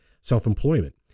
self-employment